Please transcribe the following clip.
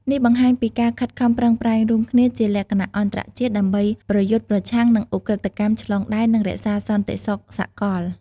នេះបង្ហាញពីការខិតខំប្រឹងប្រែងរួមគ្នាជាលក្ខណៈអន្តរជាតិដើម្បីប្រយុទ្ធប្រឆាំងនឹងឧក្រិដ្ឋកម្មឆ្លងដែន និងរក្សាសន្តិសុខសកល។